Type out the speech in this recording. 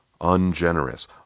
ungenerous